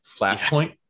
flashpoint